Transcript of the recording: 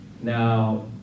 Now